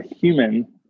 human